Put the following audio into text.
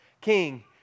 king